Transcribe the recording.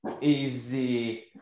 Easy